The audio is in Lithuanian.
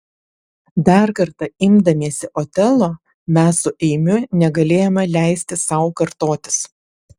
dar kartą imdamiesi otelo mes su eimiu negalėjome leisti sau kartotis